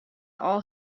all